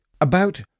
About